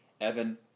Evan